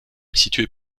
située